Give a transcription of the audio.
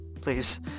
Please